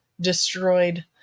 destroyed